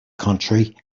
country